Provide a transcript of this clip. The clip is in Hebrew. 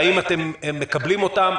והאם אתם מקבלים אותם?